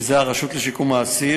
הרשות לשיקום האסיר,